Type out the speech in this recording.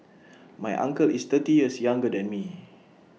my uncle is thirty years younger than me